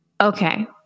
okay